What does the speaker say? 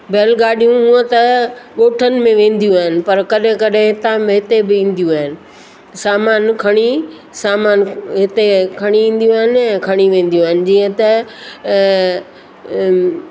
बैलगाॾियूं उअं त ॻोठनि में वेंदियूं आहिनि पर कॾहिं कॾहिं हितां हिते बि ईंदियूं आहिनि सामानु खणी सामानु हिते खणी ईंदियूं आहिनि ऐं खणी वेंदियूं आहिनि जीअं त